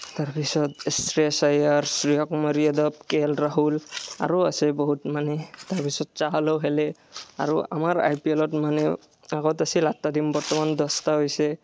তাৰপিছত কে এল ৰাহুল আৰু আছে বহুত মানে তাৰপিছত তাহ'লেও খেলে আৰু আমাৰ আই পি এল ত মানে আগত আছিল আঠটা টিম বৰ্তমান দহটা হৈছে